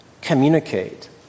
communicate